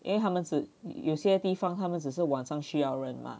因为他们只有些地方他们只是晚上需要人吗